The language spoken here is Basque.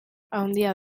handia